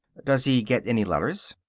does he get any letters?